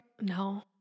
No